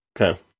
okay